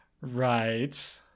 right